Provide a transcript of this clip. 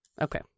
Okay